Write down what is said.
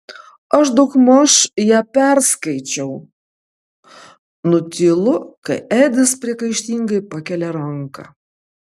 aš daugmaž ją perskaičiau nutylu kai edis priekaištingai pakelia ranką